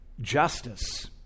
justice